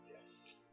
Yes